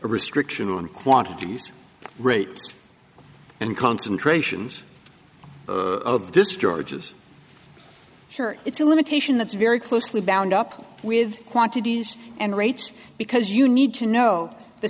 a restriction on quantity use rate and concentrations of this georgia's sure it's a limitation that's very closely bound up with quantities and rates because you need to know the